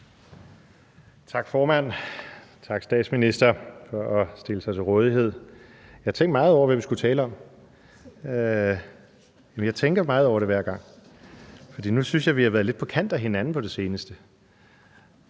Tak, formand, og tak til statsministeren for at stille sig til rådighed. Jeg har tænkt meget over, hvad vi skulle tale om, og jeg tænker meget over det hver gang, for jeg synes, at vi har været lidt på kant med hinanden på det seneste.